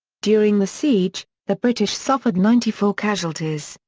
during the siege, the british suffered ninety four casualties,